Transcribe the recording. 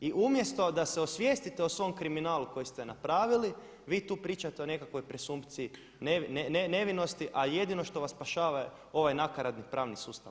I umjesto da se osvijestite o svom kriminalu koji ste napravili vi tu pričate o nekakvoj presumpciji nevinosti, a jedino što vas spašava ovaj nakaradni pravni sustav